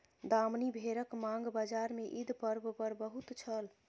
दामनी भेड़क मांग बजार में ईद पर्व पर बहुत छल